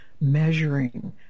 measuring